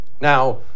Now